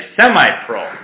semi-pro